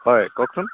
হয় কওকচোন